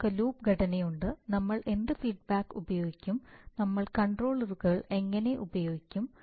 നമുക്ക് ലൂപ്പ് ഘടനയുണ്ട് നമ്മൾ എന്ത് ഫീഡ്ബാക്ക് ഉപയോഗിക്കും നമ്മൾ കൺട്രോളറുകൾ എങ്ങനെ ഉപയോഗിക്കും